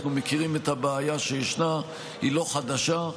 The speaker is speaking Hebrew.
אנחנו מכירים את הבעיה שישנה, היא לא חדשה.